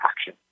action